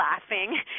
laughing